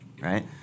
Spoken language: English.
right